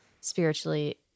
spiritually